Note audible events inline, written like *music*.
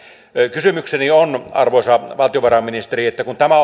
kysymykseni on arvoisa valtiovarainministeri kun tämä *unintelligible*